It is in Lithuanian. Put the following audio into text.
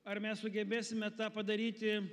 ar mes sugebėsime tą padaryti